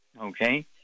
Okay